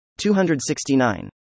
269